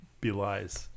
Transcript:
belies